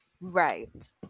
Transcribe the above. Right